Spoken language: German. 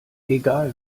egal